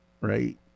right